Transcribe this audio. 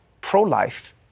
pro-life